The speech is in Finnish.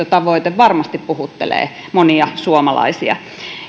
tavoite varmasti puhuttelee monia suomalaisia